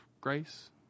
grace